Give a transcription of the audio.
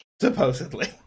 Supposedly